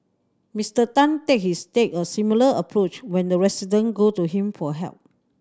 Mister Tan said he's take a similar approach when the resident go to him for help